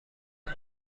اهل